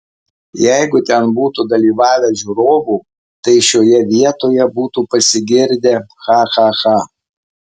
jeigu ten būtų dalyvavę žiūrovų tai šioje vietoje būtų pasigirdę cha cha cha